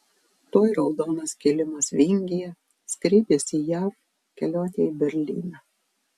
tuoj raudonas kilimas vingyje skrydis į jav kelionė į berlyną